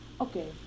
okay